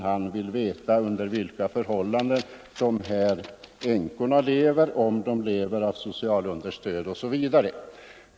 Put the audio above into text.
Han vill veta under vilka förhållanden dessa änkor lever, om de lever av socialunderstöd osv.